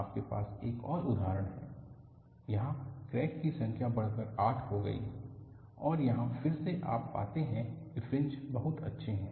आपके पास एक और उदाहरण है जहां क्रैक की संख्या बढ़कर 8 हो गई है और यहाँ फिर से आप पाते हैं कि फ्रिंज बहुत अच्छे हैं